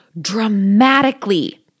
dramatically